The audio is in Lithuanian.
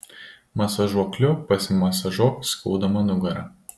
masažuokliu pasimasažuok skaudamą nugarą